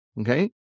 okay